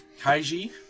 Kaiji